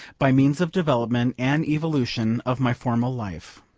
by means of development, and evolution, of my former life.